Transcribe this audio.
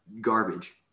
garbage